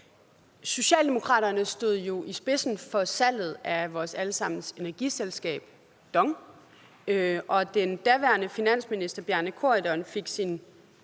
Socialdemokraterne stod jo i spidsen for salget af vores alle sammens energiselskab, DONG, og den daværende finansminister, Bjarne Corydon, fik sin